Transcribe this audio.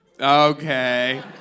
Okay